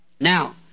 Now